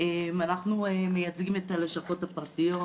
אנחנו מייצגים את הלשכות הפרטיות